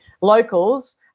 locals